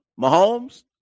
Mahomes